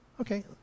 Okay